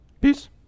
Peace